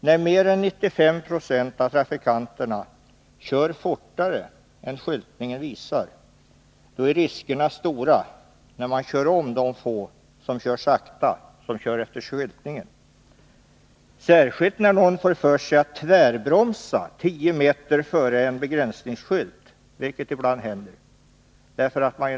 När mer än 95 96 av trafikanterna kör fortare än skyltningen visar är riskerna stora då man kör om de få som kör sakta, som kör efter skyltningen — särskilt när någon får för sig att tvärbromsa 10 m före en begränsningsskylt, vilket ibland händer.